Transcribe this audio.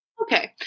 Okay